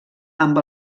amb